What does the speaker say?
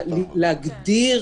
להגדיר